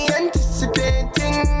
anticipating